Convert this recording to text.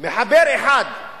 מחבר אחד.